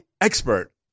expert